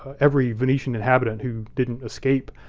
every venetian inhabitant who didn't escape,